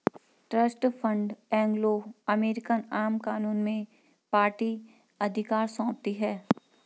trust fund Anglo American आम कानून में पार्टी अधिकार सौंपती है